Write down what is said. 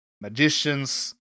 magicians